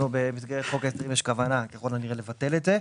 במסגרת חוק ההסדרים יש ככל הנראה כוונה לבטל את זה.